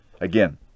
Again